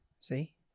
See